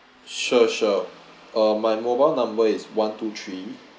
sure sure uh my mobile number is one two three